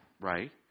right